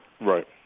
Right